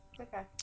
Okay